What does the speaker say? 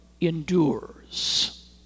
endures